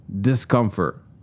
Discomfort